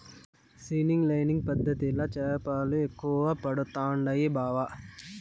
seining lining పద్ధతిల చేపలు ఎక్కువగా పడుతండాయి బావ